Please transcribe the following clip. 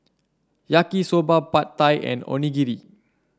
Yaki Soba Pad Thai and Onigiri